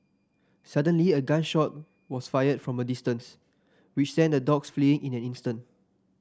suddenly a gun shot was fired from a distance which sent the dogs fleeing in an instant